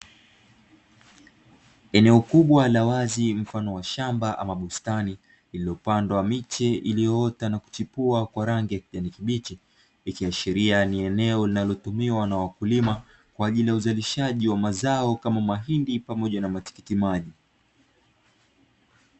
Eneo kubwa la wazi mfano wa shamba ama bustani iliyopandwa miche iliyoota na kuchipua kwa rangi ya kijani kibichi, likiashiria ni eneo linalotumika na wakulima kwa ajili ya uzalishaji wa mazao kama mahindi na matikiti maji.